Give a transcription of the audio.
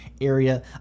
area